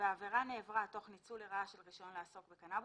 והעבירה נעברה תוך ניצול לרעה של רישיון לעיסוק בקנאבוס,